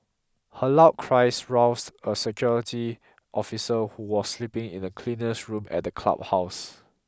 her loud cries roused a security officer who was sleeping in the cleaner's room at the clubhouse